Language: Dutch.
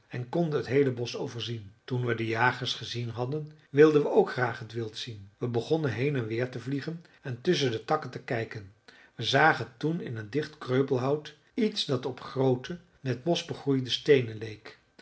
en konden t heele bosch overzien toen we de jagers gezien hadden wilden we ook graag het wild zien we begonnen heen en weer te vliegen en tusschen de takken te kijken we zagen toen in een dicht kreupelhout iets dat op groote met mos begroeide steenen leek